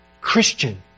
Christian